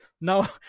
now